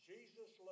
Jesus